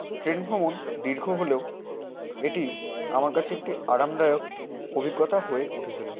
train ভ্রমণ দীর্ঘ হলেও এটি আমার কাছে একটি আরামদায়ক অভিজ্ঞতা হয়ে উঠেছিলো